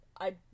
I-